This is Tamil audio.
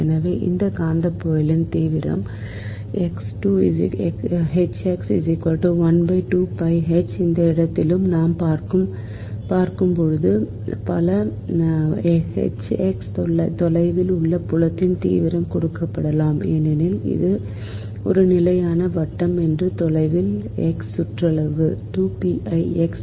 எனவே இந்த காந்தப்புலத்தின் தீவிரம் எந்த இடத்திலும் நாம் பார்த்தது போல Hx தொலைவில் உள்ள புலத்தின் தீவிரம் கொடுக்கப்படலாம் ஏனெனில் அது ஒரு நிலையான வட்டம் மற்றும் தொலைவில் x சுற்றளவு 2 pi x